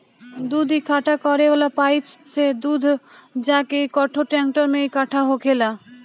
दूध इकट्ठा करे वाला पाइप से दूध जाके एकठो टैंकर में इकट्ठा होखेला